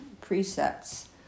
precepts